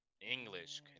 English